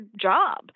job